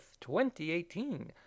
2018